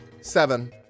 Seven